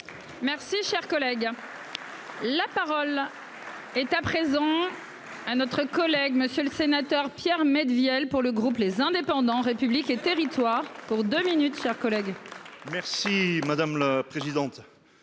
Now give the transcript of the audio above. Merci cher collègue. La parole. Est à présent. Un autre collègue monsieur le sénateur Pierre vielle pour le groupe les indépendants République et Territoires pour 2 minutes, chers collègues.-- Merci madame la présidente.